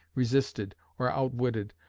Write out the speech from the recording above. resisted, or outwitted,